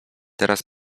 teraz